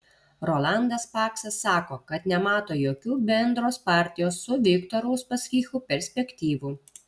rolandas paksas sako kad nemato jokių bendros partijos su viktoru uspaskichu perspektyvų